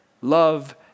love